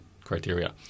criteria